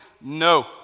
No